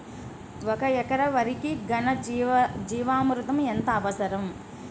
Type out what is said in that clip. ఒక ఎకరా వరికి ఘన జీవామృతం ఎంత అవసరం?